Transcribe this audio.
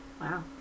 Wow